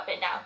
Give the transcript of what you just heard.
now